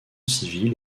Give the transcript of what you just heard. civil